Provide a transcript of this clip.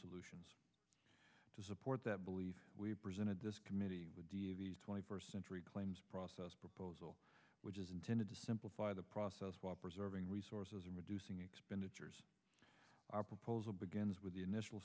solutions to support that believe we presented this committee with d e v s twenty first century claims process proposal which is intended to simplify the process while preserving resources and reducing expenditures our proposal begins with the initial